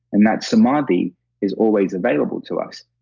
and that samadhi is always available to us.